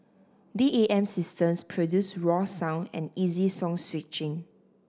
D A M systems produce raw sound and easy song switching